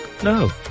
No